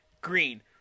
Green